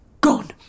gone